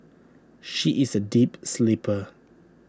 she is A deep sleeper